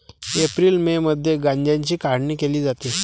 April May मध्ये गांजाची काढणी केली जाते